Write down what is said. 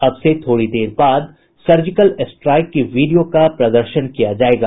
अब से थोड़ी देर बाद सर्जिकल स्ट्राइक के वीडियो का प्रदर्शन किया जायेगा